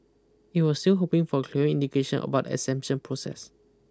it was still hoping for a clearer indication about exemption process